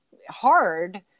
hard